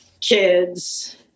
Kids